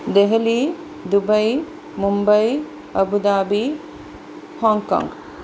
Delhi Dubai Mumbai Abu Dhabi Hong Kong